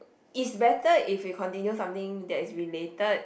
it's better if we continue something that's related